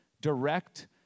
Direct